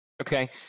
Okay